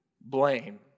blame